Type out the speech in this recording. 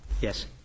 Yes